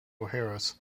harris